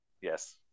Yes